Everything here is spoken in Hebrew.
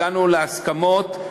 הגענו להסכמות.